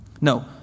No